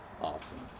Awesome